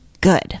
Good